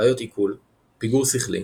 בעיות עיכול, פיגור שכלי,